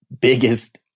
biggest